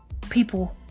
people